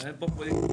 אפשר לשנות,